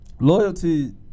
Loyalty